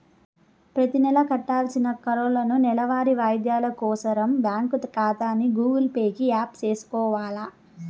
ప్రతినెలా కట్టాల్సిన కార్లోనూ, నెలవారీ వాయిదాలు కోసరం బ్యాంకు కాతాని గూగుల్ పే కి యాప్ సేసుకొవాల